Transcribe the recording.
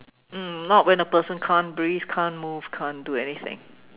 um not when a person can't breathe can't move can't do anything